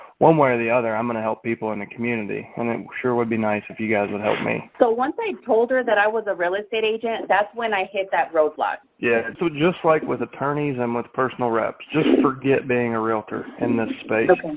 one way or the other, i'm going to help people in the community and it sure would be nice if you guys would help me. so once i told her that i was a real estate agent, that's when i hit that roadblock. yeah, so just like with attorneys, and with personal reps, just forget being a realtor in this space.